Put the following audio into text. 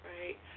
Right